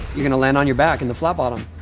you're gonna land on your back in the flat bottom.